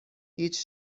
هیچ